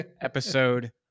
episode